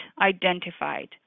identified